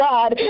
God